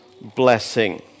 blessing